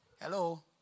Hello